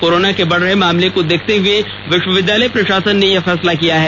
corona के बढ़ रहे मामले को देखते हुए विश्वविद्यालय प्रशासन ने फैसला किया है